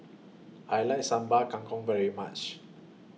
I like Sambal Kangkong very much